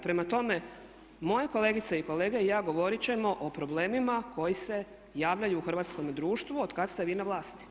Prema tome, moje kolegice i kolege i ja govorit ćemo o problemima koji se javljaju u hrvatskome društvu od kad ste vi na vlasti.